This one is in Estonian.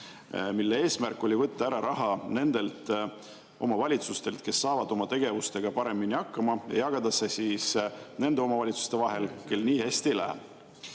seaduse eesmärk oli võtta ära raha nendelt omavalitsustelt, kes saavad oma tegevustega paremini hakkama, ja jagada see siis nende omavalitsuste vahel, kel nii hästi ei